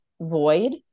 void